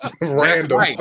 Random